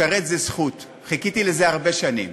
לשרת זו זכות, חיכיתי לזה הרבה שנים.